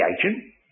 creation